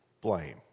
Blame